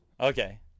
Okay